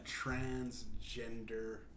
transgender